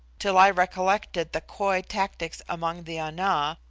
till i recollected the coy tactics among the ana,